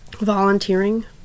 volunteering